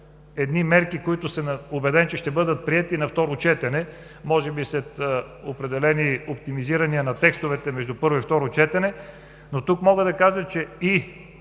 гледаме мерки, които съм убеден, че ще бъдат приети на второ четене, може би след определени оптимизирания на текстовете между първо и второ четене. Мога да кажа, че и